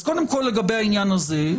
אז קודם כל לגבי העניין הזה,